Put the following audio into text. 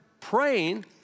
praying